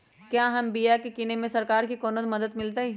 क्या हम बिया की किने में सरकार से कोनो मदद मिलतई?